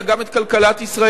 אלא גם את כלכלת ישראל.